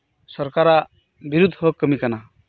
ᱥᱚᱨᱠᱟᱨᱟᱜ ᱵᱤᱨᱩᱫ ᱨᱮᱦᱚ ᱠᱟᱹᱢᱤ ᱠᱟᱱᱟ